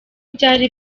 byari